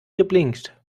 geblinkt